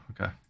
okay